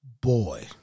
boy